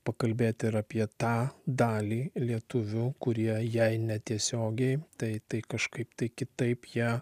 pakalbėti ir apie tą dalį lietuvių kurie jei ne tiesiogiai tai tai kažkaip tai kitaip jie